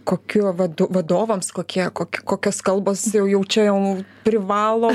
kokiu vadu vadovams kokie kok kokias kalbos jau čia jau privalo